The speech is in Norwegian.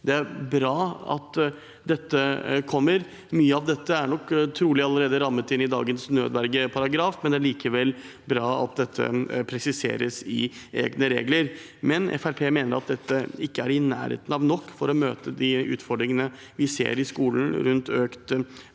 Det er bra at dette kommer. Mye av dette er nok trolig allerede rammet inn i dagens nødvergeparagraf, men det er likevel bra at dette presiseres i egne regler. Men Fremskrittspartiet mener at dette ikke er i nærheten av å være nok for å møte de utfordringene vi ser i skolen rundt økt